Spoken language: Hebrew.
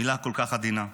מילה כל כך עדינה.